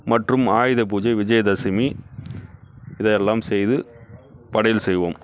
மற்றும் ஆயுத பூஜை விஜயதசமி இதை எல்லாம் செய்து படையல் செய்வோம்